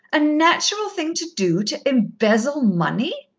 a natural thing to do to embezzle money?